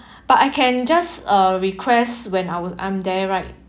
but I can just uh request when I was I'm there right